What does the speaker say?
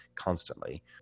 constantly